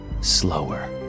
slower